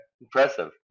Impressive